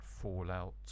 Fallout